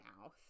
mouth